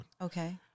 Okay